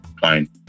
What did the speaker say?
fine